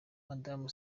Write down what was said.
madamu